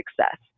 success